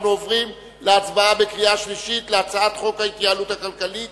אנחנו עוברים להצבעה בקריאה שלישית על הצעת חוק ההתייעלות הכלכלית